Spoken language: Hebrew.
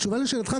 בתשובה לשאלתך,